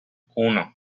uno